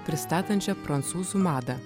pristatančią prancūzų madą